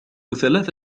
ثلاث